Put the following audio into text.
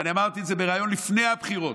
ואני אמרתי את זה בריאיון לפני הבחירות.